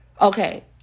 Okay